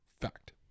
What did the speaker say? Fact